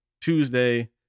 Tuesday